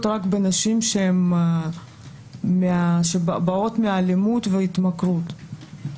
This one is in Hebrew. רק בנשים שבאות מאלימות והתמכרות.